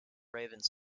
ravens